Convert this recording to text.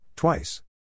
Twice